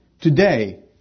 today